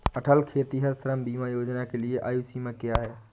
अटल खेतिहर श्रम बीमा योजना के लिए आयु सीमा क्या है?